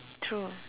true